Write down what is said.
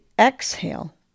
exhale